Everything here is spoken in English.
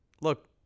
look